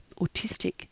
autistic